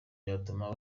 byatuma